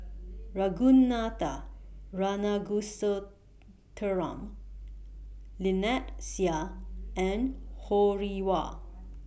Ragunathar Kanagasuntheram Lynnette Seah and Ho Rih Hwa